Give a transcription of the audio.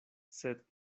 sed